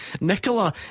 Nicola